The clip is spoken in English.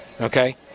okay